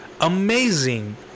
amazing